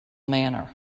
manner